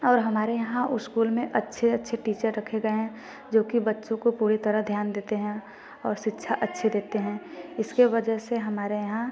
और हमारे यहाँ उस्कूल में अच्छे अच्छे टीचर रखे गएँ हैं जो कि बच्चो को पूरी तरह ध्यान देते हैं और शिक्षा अच्छे देते हैं इसके वजह से हमारे यहाँ